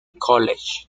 college